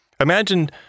Imagine